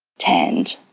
tanned,